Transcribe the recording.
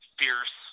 fierce